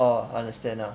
orh understand ah